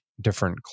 different